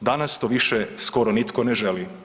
danas to više skoro nitko ne želi.